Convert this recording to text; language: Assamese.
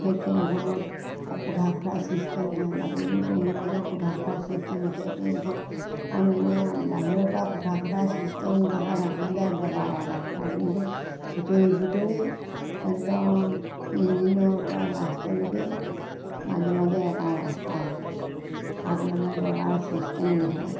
সেই ট্ৰেইনখনত কোঠা কোঠা ছিষ্টেম নাই বাকীবোৰ ট্ৰেইনতে কোঠা কোঠা ছিষ্টেম আছে ট্ৰেইনখন এনেই বাহিৰৰ পৰা কোঠা কোঠা ছিষ্টেম থকা দেখা যায় দবা এটা এটা কিন্তু ভিতৰি ভিতৰি একদম ইঞ্জিনৰ পৰা লাষ্টলৈকে মাজে মাজে এটা ৰাস্তা আছে তাত মানে দবাৰ ছিষ্টেম নাথাকে